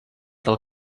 del